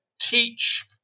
teach